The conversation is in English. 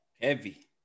Heavy